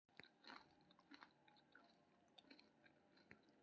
अधिकांश देश मे खाताक चार्ट तैयार करब लेखाकार पर निर्भर करै छै